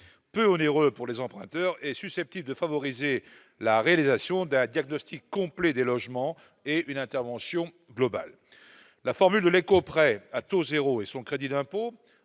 peu onéreux pour les emprunteurs et susceptible de favoriser la réalisation d'un diagnostic complet des logements et une intervention globale, la formule de l'éco-prêt à taux 0 et son crédit d'impôt